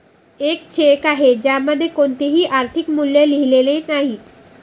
एक चेक आहे ज्यामध्ये कोणतेही आर्थिक मूल्य लिहिलेले नाही